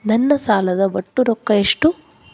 ನನ್ನ ಸಾಲದ ಒಟ್ಟ ರೊಕ್ಕ ಎಷ್ಟು?